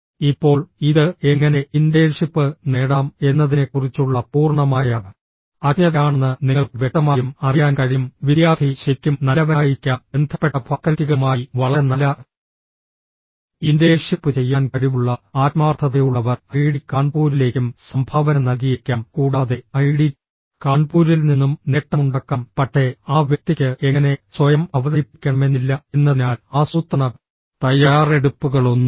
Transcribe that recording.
ഇപ്പോൾ ഇത് എങ്ങനെ ഇന്റേൺഷിപ്പ് നേടാം എന്നതിനെക്കുറിച്ചുള്ള പൂർണ്ണമായ അജ്ഞതയാണെന്ന് നിങ്ങൾക്ക് വ്യക്തമായും അറിയാൻ കഴിയും വിദ്യാർത്ഥി ശരിക്കും നല്ലവനായിരിക്കാം ബന്ധപ്പെട്ട ഫാക്കൽറ്റികളുമായി വളരെ നല്ല ഇന്റേൺഷിപ്പ് ചെയ്യാൻ കഴിവുള്ള ആത്മാർത്ഥതയുള്ളവർ ഐഐടി കാൺപൂരിലേക്കും സംഭാവന നൽകിയേക്കാം കൂടാതെ ഐഐടി കാൺപൂരിൽ നിന്നും നേട്ടമുണ്ടാക്കാം പക്ഷേ ആ വ്യക്തിക്ക് എങ്ങനെ സ്വയം അവതരിപ്പിക്കണമെന്നില്ല എന്നതിനാൽ ആസൂത്രണ തയ്യാറെടുപ്പുകളൊന്നുമില്ല